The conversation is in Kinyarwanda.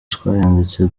twayanditse